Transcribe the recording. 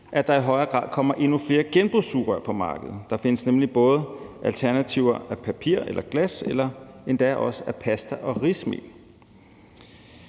at der i højere grad er kommet endnu flere genbrugssugerør på markedet. Der findes nemlig både alternativer af papir eller glas og endda også af pasta- og rismel.